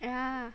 yeah